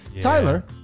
Tyler